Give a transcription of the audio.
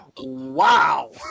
wow